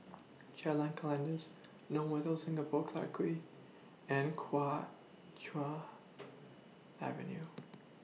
Jalan Kandis Novotel Singapore Clarke Quay and Kuo Chuan Avenue